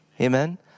Amen